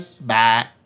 Bye